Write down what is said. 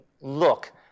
look